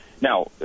Now